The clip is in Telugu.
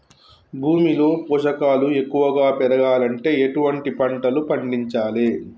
భూమిలో పోషకాలు ఎక్కువగా పెరగాలంటే ఎటువంటి పంటలు పండించాలే?